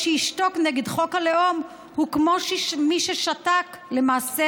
שישתוק נגד חוק הלאום הוא כמו מי ששתק למעשה